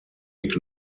weg